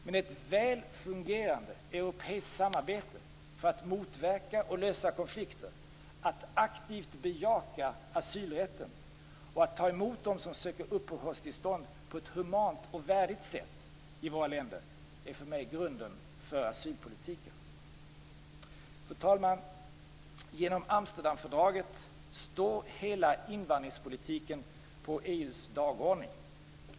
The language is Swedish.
Men ett väl fungerande europeiskt samarbete för att motverka och lösa konflikter, att aktivt bejaka asylrätten och att ta emot dem som söker uppehållstillstånd på ett humant och värdigt sätt i våra länder är för mig grunden för asylpolitiken. Fru talman! Genom Amsterdamfördraget står hela invandringspolitiken på EU:s dagordning.